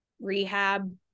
rehab